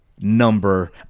number